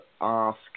ask